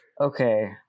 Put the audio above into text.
Okay